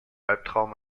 albtraum